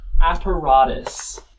apparatus